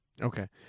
Okay